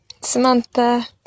Samantha